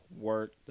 work